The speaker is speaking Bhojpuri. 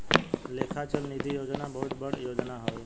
लेखा चल निधी योजना बहुत बड़ योजना हवे